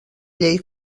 llei